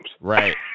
Right